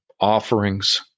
offerings